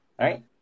Right